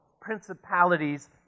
principalities